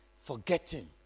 forgetting